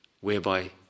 whereby